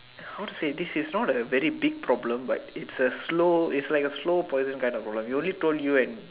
how to say this is not a very big problem but it's a slow it's like a slow poison kind of problem he only told you and